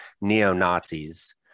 neo-Nazis